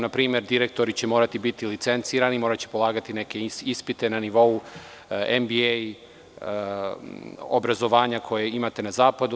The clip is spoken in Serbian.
Na primer, direktori će morati biti licencirani, moraće polagati neke ispite na nivou MBA obrazovanja koje imate na zapadu.